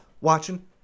watching